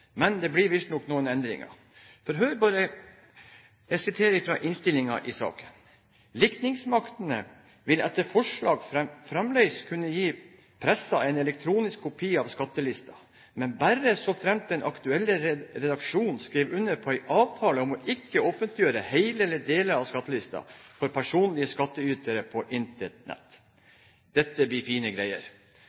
Men det blir visstnok noen endringer, for hør bare når jeg siterer fra innstillingen i saken: «Likningsstyresmaktene vil etter forslaget framleis kunne gi pressa ein elektronisk kopi av skattelista, men berre såframt den aktuelle redaksjonen skriv under på ei avtale om ikkje å offentleggjere heile eller delar av skattelista for personlege skattytarar på internett». Dette blir fine greier.